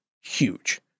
huge